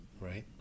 right